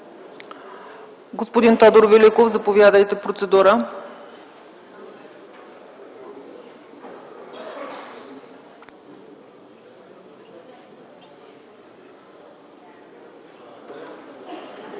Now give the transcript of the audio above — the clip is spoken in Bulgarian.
Господин Тодор Великов, заповядайте, процедура.